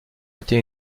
était